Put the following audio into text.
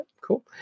cool